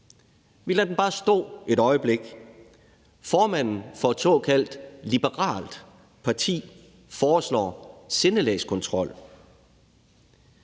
Vi lader den bare stå et øjeblik. Formanden for et såkaldt liberalt parti foreslår sindelagskontrol.